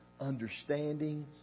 understanding